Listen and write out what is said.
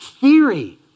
theory